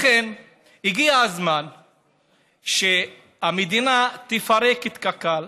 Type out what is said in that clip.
לכן הגיע הזמן שהמדינה תפרק את קק"ל,